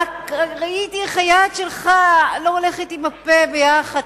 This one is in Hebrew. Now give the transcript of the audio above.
ראיתי איך היד שלך לא הולכת עם הפה ביחד,